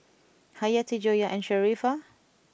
Hayati Joyah and Sharifah